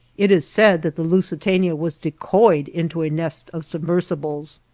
it is said that the lusitania was decoyed into a nest of submersibles.